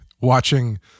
watching